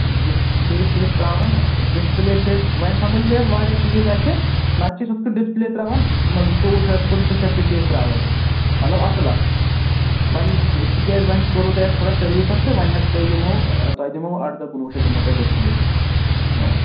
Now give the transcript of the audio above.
display چھِ أسۍ ترٛاوان ڈِسپٕلے چھِ أسۍ وۄنی سمبٲلۍ مےٚ اَتھ واریاہ چیٖز اَسہِ نَتہٕ چھِ أسۍ ہُتھ کٔنۍ ڈِسپٕلے ترٛاوان زٕتووُہ شیٚتھ پٔنٛژٕ شیٚتھ تہِ چھِ أسۍ ترٛاوان مطلب اَصٕل اَکھ وۄںۍ تِکیٛازِ وۄنۍ کوٚرُ تۄہہِ اَتھ تھوڑا سٔروِس اَتھ تہٕ وۄنۍ ہٮ۪کہٕ تۄہہِ دِمہو تۄہہِ دِمہو اَردَہ کُنوُہ شیٚتھ دِمو تۄہہِ ڈِسپٕلے نوٚو